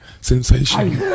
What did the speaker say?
Sensation